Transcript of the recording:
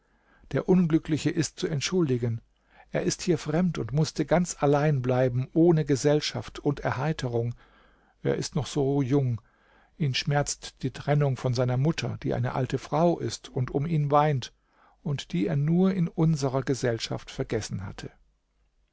der unglückliche ist zu entschuldigen er ist hier fremd und mußte ganz allein bleiben ohne gesellschaft und erheiterung er ist noch so jung ihn schmerzt die trennung von seiner mutter die eine alte frau ist und um ihn weint und die er nur in unserer gesellschaft vergessen hatte